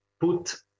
put